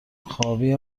خوابی